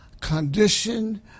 condition